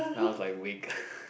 now I was like wake